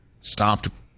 stopped